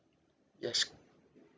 yes